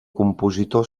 compositor